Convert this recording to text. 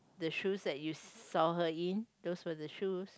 the shoes that you saw her in those were the shoes